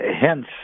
hence